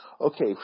okay